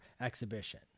exhibition